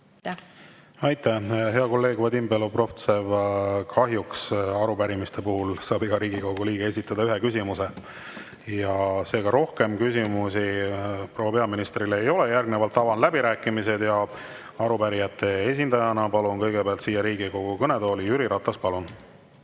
Aitäh! Hea kolleeg Vadim Belobrovtsev, kahjuks saab arupärimiste puhul iga Riigikogu liige esitada ühe küsimuse. Rohkem küsimusi proua peaministrile ei ole. Järgnevalt avan läbirääkimised ja arupärijate esindajana palun kõigepealt Riigikogu kõnetooli Jüri Ratase. Palun!